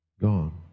gone